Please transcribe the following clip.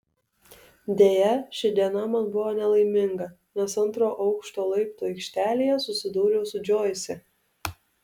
deja ši diena man buvo nelaiminga nes antro aukšto laiptų aikštelėje susidūriau su džoise